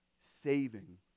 saving